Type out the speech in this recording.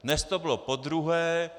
Dnes to bylo podruhé.